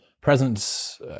presence